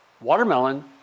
watermelon